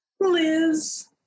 Liz